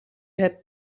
het